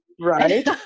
Right